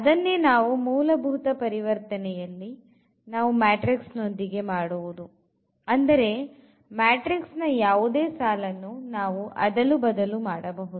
ಅದನ್ನೇ ನಾವು ಮೂಲಭೂತ ಪರಿವರ್ತನೆಯಲ್ಲಿ ನಾವು ಮ್ಯಾಟ್ರಿಕ್ಸ್ ನೊಂದಿಗೆ ಮಾಡುವುದು ಅಂದರೆ ಮ್ಯಾಟ್ರಿಕ್ಸ್ ನ ಯಾವುದೇ ಸಾಲನ್ನು ನಾವು ಅದಲು ಬದಲು ಮಾಡಬಹುದು